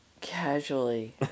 casually